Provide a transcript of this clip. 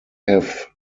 have